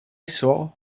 saw